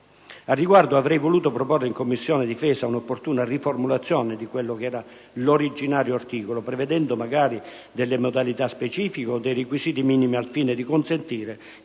Al riguardo, avrei voluto proporre in Commissione difesa un'opportuna riformulazione dell'originario articolo, prevedendo magari modalità specifiche o requisiti minimi, al fine di consentire